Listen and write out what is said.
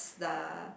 the